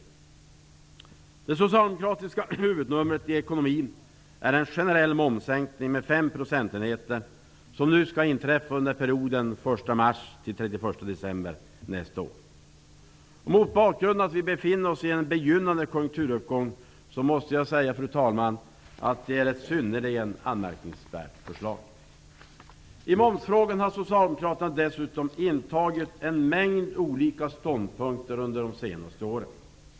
Nu är det socialdemokratiska huvudnumret när det gäller ekonomin att det skall vara en tillfällig momssänkning med 5 procentenheter. Den skall gälla under perioden 1 mars--31 december nästa år. Mot bakgrund av att vi befinner oss i en begynnande konjunkturuppgång måste jag säga, fru talman, att det är ett synnerligen anmärkningsvärt förslag. När det gäller momsfrågan har Socialdemokraterna dessutom intagit en mängd olika ståndpunkter under de senaste åren.